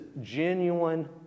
genuine